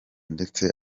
ndetse